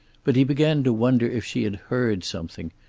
but he began to wonder if she had heard something,